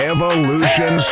Evolution